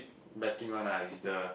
backing one lah which is the